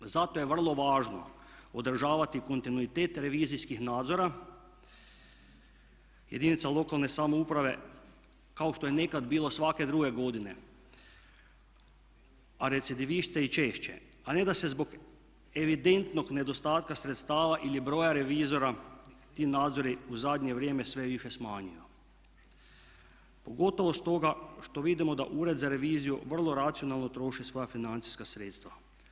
Zato je vrlo važno održavati kontinuitet revizijskih nadzora jedinica lokalne samouprave kao što je nekad bilo svake druge godine, a recidiviste i češće a ne da se zbog evidentnog nedostatka sredstava ili broja revizora ti nadzori u zadnje vrijeme sve više smanjuju pogotovo stoga što vidimo da Ured za reviziju vrlo racionalno troši svoja financijska sredstva.